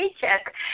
paycheck